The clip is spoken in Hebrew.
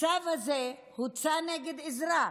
הצו הזה הוצא נגד אזרח.